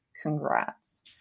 Congrats